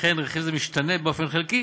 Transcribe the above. לכן רכיב זה משתנה באופן חלקי